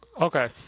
okay